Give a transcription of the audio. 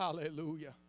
Hallelujah